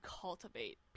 cultivate